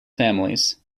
families